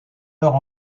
heure